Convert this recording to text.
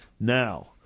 Now